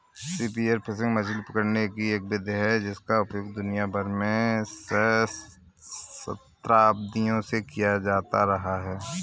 spear fishing मछली पकड़ने की एक विधि है जिसका उपयोग दुनिया भर में सहस्राब्दियों से किया जाता रहा है